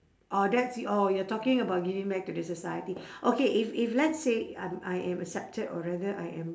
orh that's orh you're talking about giving back to the society okay if if let's say I'm I am accepted or rather I am